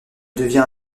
devient